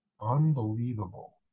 Unbelievable